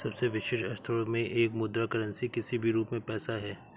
सबसे विशिष्ट अर्थों में एक मुद्रा करेंसी किसी भी रूप में पैसा है